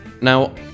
Now